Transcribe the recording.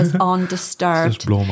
undisturbed